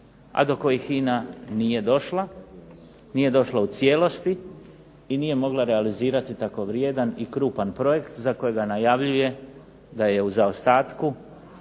a do kojih HINA nije došla, nije došla u cijelosti i nije mogla realizirati tako vrijedan i krupan projekt za kojega najavljuje da je u zaostatku